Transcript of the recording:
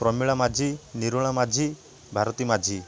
Pramila Majhi Nirola Majhi Bharati Majhi